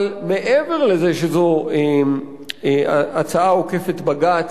אבל מעבר לזה שזאת הצעה עוקפת-בג"ץ,